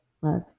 Love